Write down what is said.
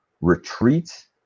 retreat